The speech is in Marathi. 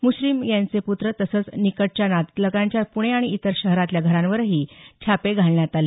मुश्रीफ यांचे पुत्र तसंच निकटच्या नातलगांच्या पुणे आणि इतर शहरातल्या घरांवरही छापे घालण्यात आले